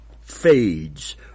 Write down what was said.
fades